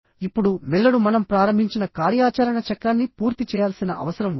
ఇప్పుడు మెదడు మనం ప్రారంభించిన కార్యాచరణ చక్రాన్ని పూర్తి చేయాల్సిన అవసరం ఉంది